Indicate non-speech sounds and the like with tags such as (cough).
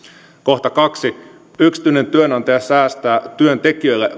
kohta kaksi yksityinen työnantaja säästää työntekijöille (unintelligible)